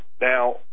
Now